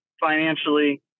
financially